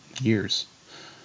years